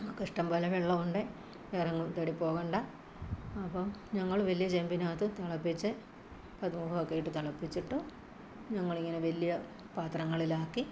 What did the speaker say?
ഞങ്ങള്ക്ക് ഇഷ്ടംപോലെ വെള്ളമുണ്ട് വേറെങ്ങും തേടി പോകണ്ട അപ്പോള് ഞങ്ങള് വലിയ ചെമ്പിനകത്ത് തിളപ്പിച്ച് പതിമുഖമൊക്കെ ഇട്ട് തിളപ്പിച്ചിട്ട് ഞങ്ങളിങ്ങനെ വലിയ പാത്രങ്ങളിലാക്കി